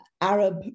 Arab